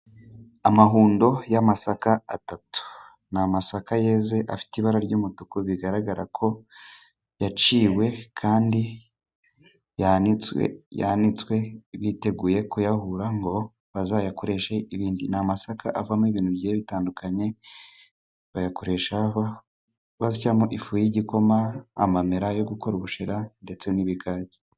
Amahundo y'amasaka atatu. Ni amasaka yeze, afite ibara ry'umutuku, bigaragara ko yaciwe kandi yanitswe, biteguye kuyahura ngo bazayakoreshe ibindi. Ni amasaka avamo ibintu bitandukanye, bayakoresha basyamo ifu y'igikoma, amamera yo gukora ubushera, ndetse n'ibigage.